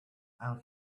and